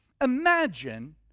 Imagine